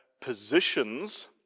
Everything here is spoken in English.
positions